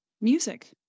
music